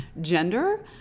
gender